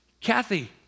Kathy